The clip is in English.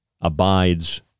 abides